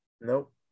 Nope